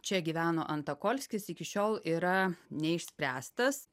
čia gyveno antokolskis iki šiol yra neišspręstas